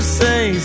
say